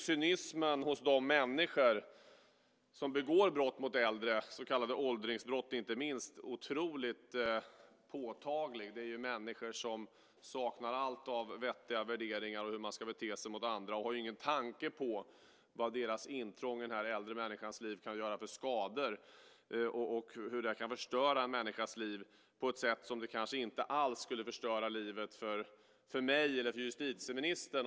Cynismen hos de människor som begår brott mot äldre, så kallade åldringsbrott, är otroligt påtaglig. Det är människor som saknar allt av vettiga värderingar och som inte vet hur de ska bete sig mot andra. De har ingen tanke på vad deras intrång i den äldre människans liv kan göra för skador och förstöra livet på ett sätt som kanske inte alls skulle förstöra livet för mig eller justitieministern.